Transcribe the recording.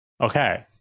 Okay